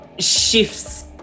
shifts